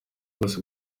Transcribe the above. bwose